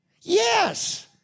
yes